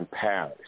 Paris